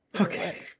Okay